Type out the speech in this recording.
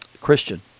Christian